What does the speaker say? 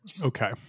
Okay